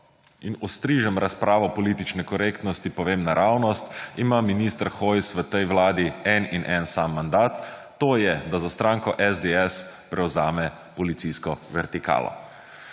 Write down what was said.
in ostrižem razpravo politične korektnosti, povem naravnost, ima minister Hojs v tej vladi en in en sam mandat, to je, da za stranko SDS prevzame policijsko vertikalo.